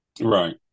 Right